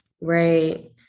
Right